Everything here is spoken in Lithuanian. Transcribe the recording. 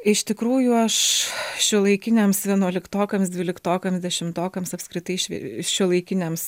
iš tikrųjų aš šiuolaikiniams vienuoliktokams dvyliktokams dešimtokams apskritai švie šiuolaikiniams